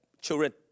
children